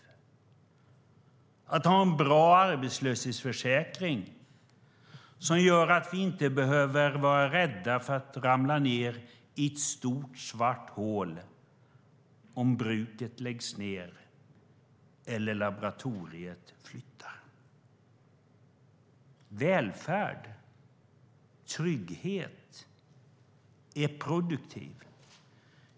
Det handlar om att ha en bra arbetslöshetsförsäkring som gör att vi inte behöver vara rädda för att ramla ned i ett stort svart hål om bruket läggs ned eller laboratoriet flyttar. Välfärd och trygghet är produktivt.